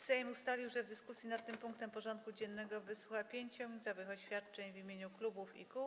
Sejm ustalił, że w dyskusji nad tym punktem porządku dziennego wysłucha 5-minutowych oświadczeń w imieniu klubów i kół.